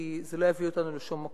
כי זה לא יביא אותנו לשום מקום.